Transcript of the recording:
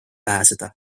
pääseda